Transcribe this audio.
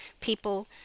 people